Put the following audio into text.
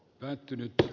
pää tyynyt